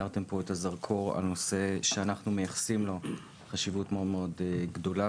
הארתם כאן את הזרקור על נושא שאנחנו במשרד ראש